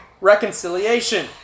reconciliation